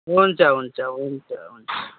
हुन्छ हुन्छ हुन्छ हुन्छ